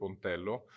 Pontello